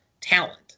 talent